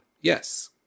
Yes